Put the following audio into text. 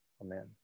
Amen